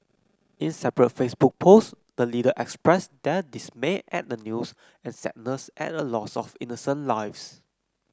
in separate Facebook posts the leader expressed their dismay at the news and sadness at the loss of innocent lives